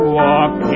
walk